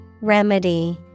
Remedy